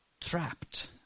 trapped